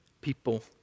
people